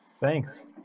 Thanks